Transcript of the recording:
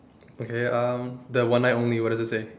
okay uh the one night only what does it say